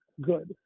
good